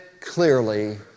clearly